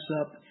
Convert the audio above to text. up